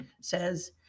says